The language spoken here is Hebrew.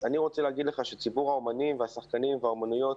ציבור האומנים, השחקנים והאומניות,